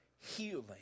healing